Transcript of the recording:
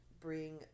bring